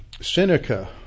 Seneca